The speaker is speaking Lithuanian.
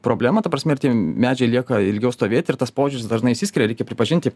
problemą ta prasme ir tie medžiai lieka ilgiau stovėt ir tas požiūris dažnai išsiskiria reikia pripažinti